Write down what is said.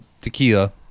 tequila